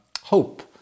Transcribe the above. hope